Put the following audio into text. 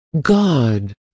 God